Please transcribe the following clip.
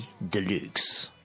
Deluxe